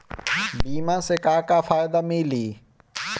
बीमा से का का फायदा मिली?